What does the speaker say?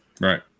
Right